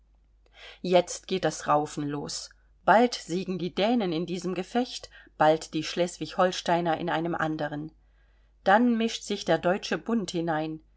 jetzt geht das raufen los bald siegen die dänen in diesem gefecht bald die schleswig holsteiner in einem anderen dann mischt sich der deutsche bund hinein